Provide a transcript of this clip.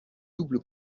double